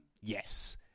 yes